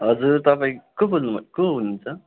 हजुर तपाईँ को बोल्नुभएको को हुनुहुन्छ